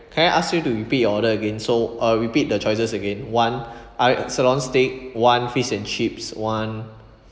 can I ask you to repeat your order again so uh repeat the choices again one I sirloin steak one fish and chips one